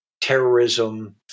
terrorism